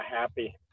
happy